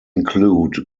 include